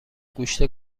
گوشت